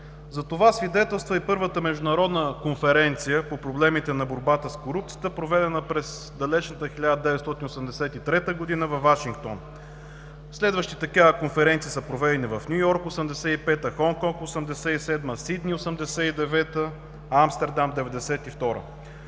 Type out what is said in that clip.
За това свидетелства и първата международна конференция по проблемите на борбата с корупцията, проведена през далечната 1983 г. във Вашингтон. Следващи такива конференции са проведени: в Ню Йорк – 1985 г., в Хонконг – 1987 г., в Сидни – 1989 г., в Амстердам – 1992 г.